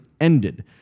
ended